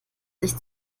sich